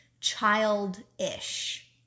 childish